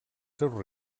seus